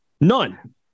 None